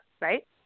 right